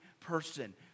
person